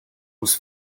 was